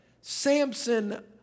Samson